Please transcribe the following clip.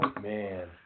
Man